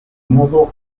modo